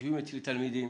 ויושבים אצלי תלמידים